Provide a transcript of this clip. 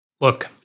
Look